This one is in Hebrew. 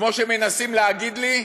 כמו שמנסים להגיד לי,